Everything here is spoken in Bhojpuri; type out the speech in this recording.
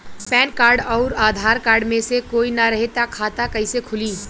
पैन कार्ड आउर आधार कार्ड मे से कोई ना रहे त खाता कैसे खुली?